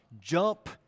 jump